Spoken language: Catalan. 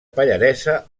pallaresa